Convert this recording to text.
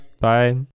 bye